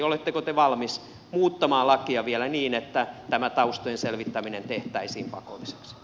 oletteko te valmis muuttamaan lakia vielä niin että tämä taustojen selvittäminen tehtäisiin pakolliseksi